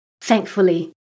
Thankfully